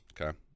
Okay